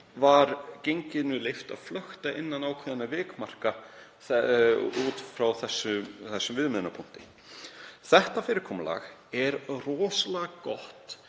var genginu leyft að flökta innan ákveðinna vikmarka út frá þessum viðmiðunarpunkti. Þetta fyrirkomulag er rosalega gott